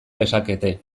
lezakete